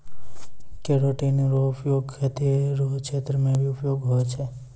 keratin रो प्रयोग खेती रो क्षेत्र मे भी उपयोग हुवै छै